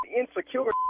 insecure